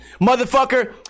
Motherfucker